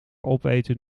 opeten